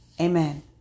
Amen